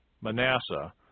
Manasseh